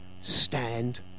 stand